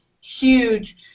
huge